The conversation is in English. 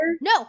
No